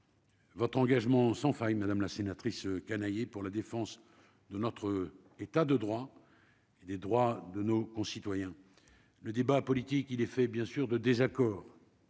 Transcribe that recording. Votre engagement sans faille, madame la sénatrice Canayer pour la défense de notre état de droit et des droits de nos concitoyens, le débat politique, il les fait bien sûr de désaccord.